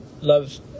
loves